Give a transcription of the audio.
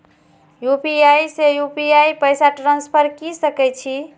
UPI से UPI पैसा transfer की सके छी?